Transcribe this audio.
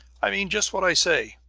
i mean just what i say!